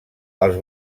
als